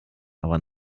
aber